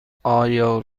آیا